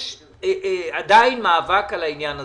יש עדיין מאבק על העניין הזה.